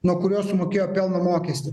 nuo kurio sumokėjo pelno mokestį